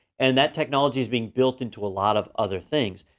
and that technology is being built into a lot of other things.